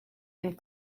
and